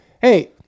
Hey